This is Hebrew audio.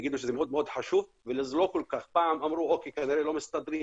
מאוד מאוד חשוב ופעם אמרו לא מסתדרים,